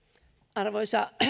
arvoisa